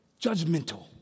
Judgmental